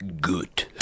good